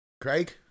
Craig